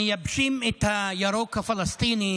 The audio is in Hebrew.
מייבשים את הירוק הפלסטיני